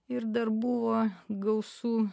ir dar buvo gausu